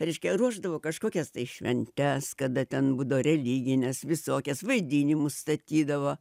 reiškia ruošdavo kažkokias tai šventes kada ten būdavo religines visokias vaidinimus statydavo